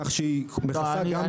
כך שהשקעה מכסה גם את הסטרימינג.